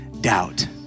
doubt